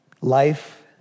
Life